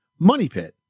MONEYPIT